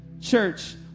church